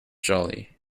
jolly